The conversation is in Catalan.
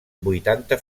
vuitanta